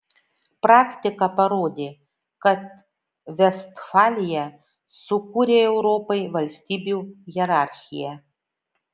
praktika parodė kad vestfalija sukūrė europai valstybių hierarchiją